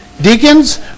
Deacons